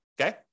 Okay